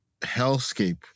hellscape